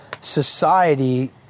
society